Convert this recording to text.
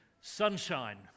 sunshine